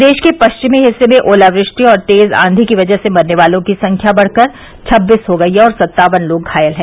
प्रदेश के पश्चिमी हिस्से में ओलावृष्टि और तेज़ आंधी की वजह से मरने वालों की संख्या बढ़कर छब्बीस हो गई और सत्तावन लोग घायल हैं